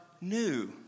new